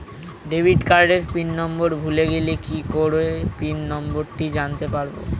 Debit কার্ডের pin number ভুলে গেলে কি করে পিন নম্বরটি জানতে পারবো?